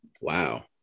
Wow